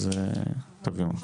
אז תעבירו.